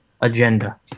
agenda